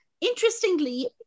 interestingly